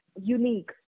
unique